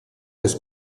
jest